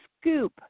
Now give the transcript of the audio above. scoop